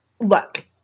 look